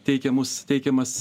teikiamus teikiamas